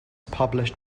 published